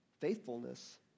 faithfulness